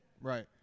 right